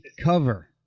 cover